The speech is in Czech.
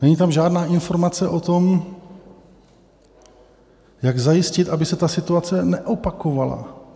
Není tam žádná informace o tom, jak zajistit, aby se ta situace neopakovala.